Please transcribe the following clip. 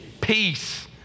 Peace